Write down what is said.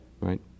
Right